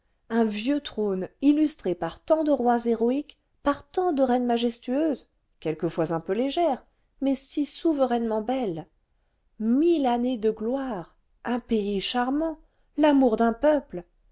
un vieux trône illustré par tant de rois héroïques par tant de reines majestueuses quelquefois un peu légères mais si souverainement belles mille années de gloire un pays charmant l'amour d'un peuple